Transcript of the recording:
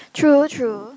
true true